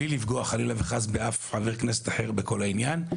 בלי לפגוע חלילה וחס באף חבר כנסת בכל העניין,